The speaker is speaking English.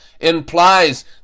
implies